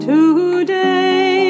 Today